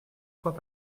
fois